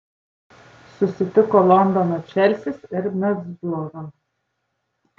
susitiko londono čelsis ir midlsbro